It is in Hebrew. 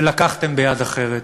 ולקחתם ביד אחרת,